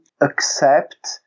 accept